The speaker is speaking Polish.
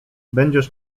będziesz